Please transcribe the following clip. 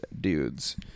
dudes